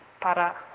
para